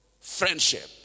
friendship